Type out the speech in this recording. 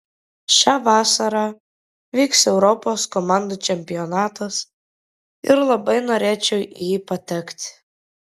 šią vasarą vyks europos komandų čempionatas ir labai norėčiau į jį patekti